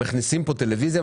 מכניסים לכאן טלוויזיה,